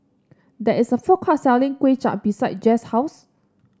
there is a food court selling Kuay Chap beside Jess' house